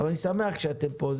אני שמח שאתם פה.